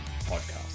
Podcast